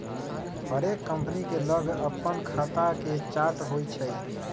हरेक कंपनी के लग अप्पन खता के चार्ट होइ छइ